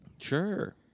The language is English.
Sure